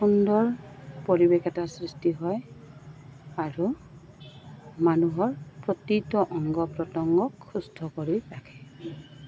সুন্দৰ পৰিৱেশ এটা সৃষ্টি হয় আৰু মানুহৰ প্ৰতিটো অংগ প্ৰতংগক সুস্থ কৰি ৰাখে